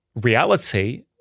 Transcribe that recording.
reality